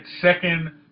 second